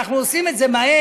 אנחנו עושים את זה מהר.